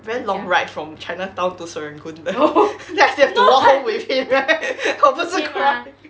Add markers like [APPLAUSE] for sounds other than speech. very long ride from chinatown to serangoon leh [LAUGHS] then I still have to walk home with him right [LAUGHS] 我不是 cry [BREATH]